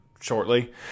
shortly